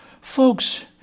Folks